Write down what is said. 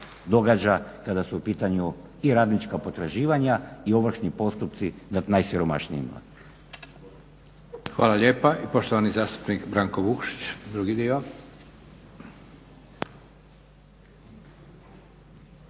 kada su u pitanju i radnička potraživanja i ovršni postupci nad najsiromašnijima. **Leko, Josip (SDP)** Hvala lijepa. I poštovani zastupnik Branko Vukšić,